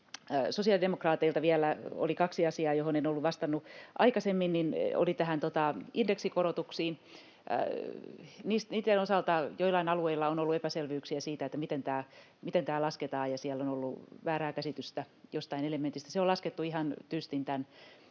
sosiaalidemokraateilla oli vielä kaksi asiaa, joihin en ollut vastannut aikaisemmin. Indeksikorotukset: Niitten osalta joillain alueilla on ollut epäselvyyksiä siitä, miten tämä lasketaan. Siellä on ollut väärää käsitystä jostain elementistä. Se on laskettu ihan tyystin